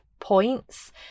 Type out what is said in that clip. points